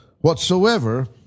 whatsoever